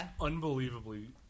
unbelievably